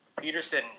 Peterson